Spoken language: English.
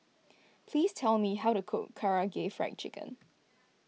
please tell me how to cook Karaage Fried Chicken